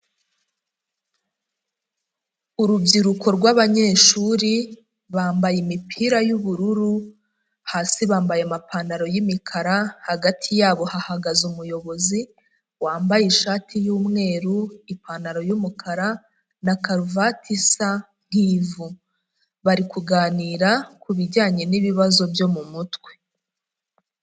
Urubyiruko rw'abanyeshuri, bambaye imipira y'ubururu, hasi bambaye amapantaro y'imikara, hagati yabo hahagaze umuyobozi wambaye ishati y'umweru, ipantaro y'umukara na karuvati isa nk'ivu, bari kuganira kubijyanye n'ibibazo byo mu mutwe.